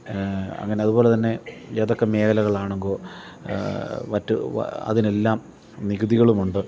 അങ്ങന അതുപോലെത്തന്നെ ഏതൊക്കെ മേഖലകളാണ് മറ്റ് അതിനെല്ലാം നികുതികളുമുണ്ട്